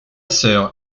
sœur